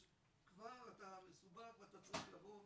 אתה כבר מסובך ואתה צריך לבוא.